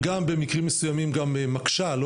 ובמקרים מסוימים גם מקשה,